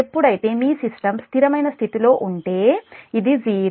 ఎప్పుడైతే మీ సిస్టం స్థిరమైన స్థితిలో ఉంటే ఇది 0